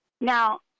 Now